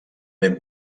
ben